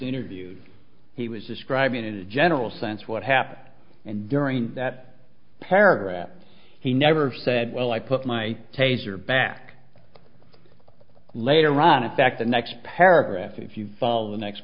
interviewed he was described in a general sense what happened and during that paragraph he never said well i put my taser back later on in fact the next paragraph if you follow the next